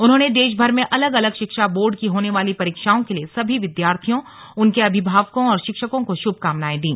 उन्होंने देशभर में अलग अलग शिक्षा बोर्ड की होने वाली परीक्षाओं के लिए सभी विद्यार्थियों उनके अभिभावकों और शिक्षकों को शुभकामनाएं दी